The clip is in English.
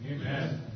Amen